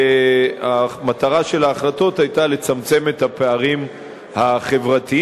והמטרה של ההחלטות היתה לצמצם את הפערים החברתיים,